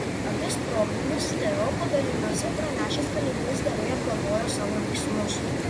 apie sprogmenis teo padaliniuose pranešęs kalinys gerai apgalvojo savo veiksmus